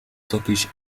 turkish